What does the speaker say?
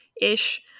ish